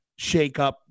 shakeup